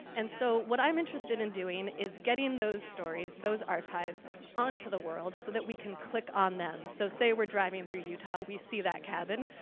and so, what i'm interested in doing is getting those stories, those archives on to the world so that we can click on them. so, say we're driving through utah, we see that cabin,